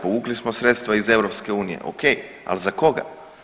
Povukli smo sredstva iz EU, ok, ali za koga?